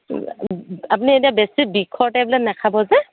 আপুনি এতিয়া বেছি বিষৰ টেবলেট নেখাব যে